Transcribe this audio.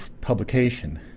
publication